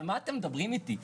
על מה אתם מדברים איתי,